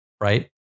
Right